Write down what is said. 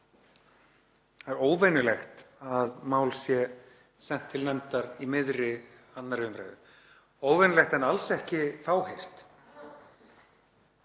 Það er óvenjulegt að mál sé sent til nefndar í miðri 2. umr., óvenjulegt en alls ekki fáheyrt.